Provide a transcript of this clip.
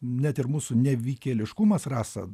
net ir mūsų nevykėliškumas rasa